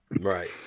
Right